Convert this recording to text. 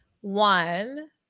One